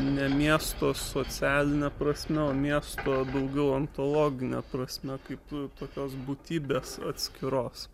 ne miesto socialine prasme o miesto daugiau ontologine prasme kaip tokios būtybės atskiros